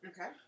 Okay